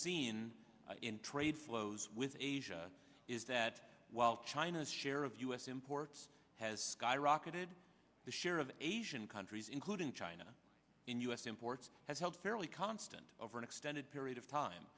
seen in trade flows with asia is that while china share of u s imports has skyrocketed the share of asian countries including china in u s imports has held fairly constant over an extended period of time